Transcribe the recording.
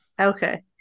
Okay